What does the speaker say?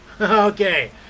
okay